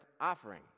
offering